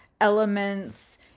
elements